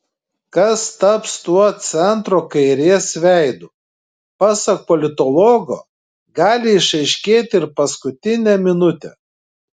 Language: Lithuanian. kas taps tuo centro kairės veidu pasak politologo gali išaiškėti ir paskutinę minutę